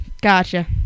Gotcha